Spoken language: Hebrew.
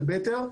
של בטר.